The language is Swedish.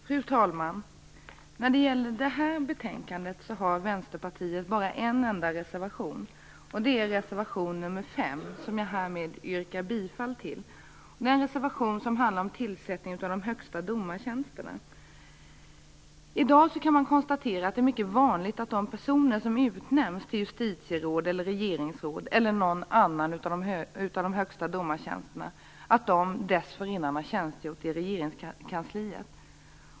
Fru talman! När det gäller det här betänkandet har Vänsterpartiet bara en enda reservation. Det är reservation nr 5, som jag härmed yrkar bifall till. Den handlar om tillsättningen av de högsta domartjänsterna. I dag kan man konstatera att det är mycket vanligt att de personer som utnämns till justitieråd, regeringsråd eller någon annan av de högsta domartjänsterna dessförinnan har tjänstgort i Regeringskansliet.